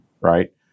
right